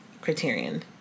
Criterion